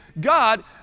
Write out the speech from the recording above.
God